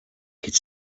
could